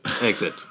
exit